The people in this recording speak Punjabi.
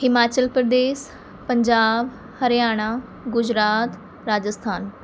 ਹਿਮਾਚਲ ਪ੍ਰਦੇਸ ਪੰਜਾਬ ਹਰਿਆਣਾ ਗੁਜਰਾਤ ਰਾਜਸਥਾਨ